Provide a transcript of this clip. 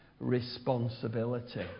responsibility